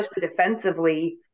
defensively